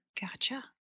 Gotcha